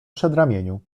przedramieniu